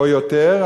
"או יותר".